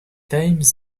times